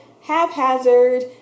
haphazard